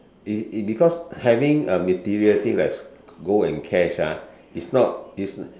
it it because having a material thing like gold and cash ah is not is